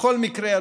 בכל מקרה,